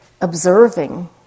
observing